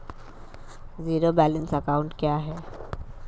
Zero balance account क्या है?